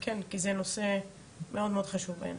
כי זה נושא מאוד מאוד חשוב בעיניי.